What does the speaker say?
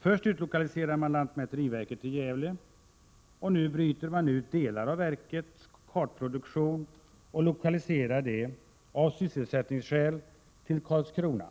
Först utlokaliserar man lantmäteriverket till Gävle. Nu bryter man ut delar av verkets kartproduktion och lokaliserar det — av sysselsättningsskäl — till Karlskrona.